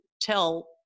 tell